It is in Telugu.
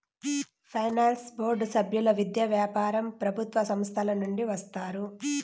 ఫైనాన్స్ బోర్డు సభ్యులు విద్య, వ్యాపారం ప్రభుత్వ సంస్థల నుండి వస్తారు